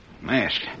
Mask